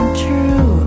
true